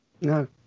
No